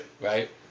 right